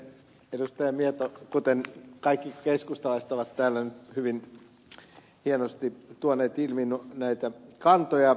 mieto kuten kaikki keskustalaiset ovat täällä nyt hyvin hienosti tuoneet ilmi näitä kantoja